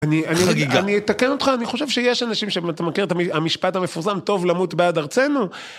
אני אתקן אותך, אני חושב שיש אנשים שאתה מכיר את המשפט המפורסם טוב למות בעד ארצנו